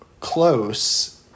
Close